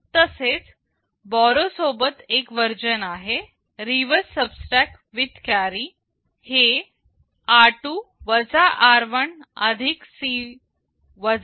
तसेच बॉरो सोबत एक वर्जन आहे रिवर्स सबट्रॅक्ट विथ कॅरी आहे हे r2 r1 C 1आहे